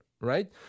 right